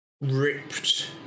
ripped